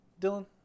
Dylan